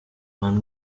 van